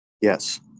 yes